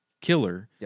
killer